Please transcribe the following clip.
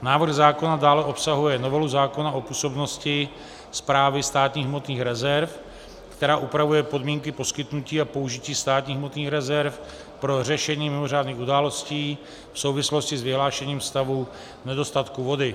Návrh zákona dále obsahuje novelu zákona o působnosti Správy státních hmotných rezerv, která upravuje podmínky poskytnutí a použití státních hmotných rezerv pro řešení mimořádných událostí v souvislosti s vyhlášením stavu nedostatku vody.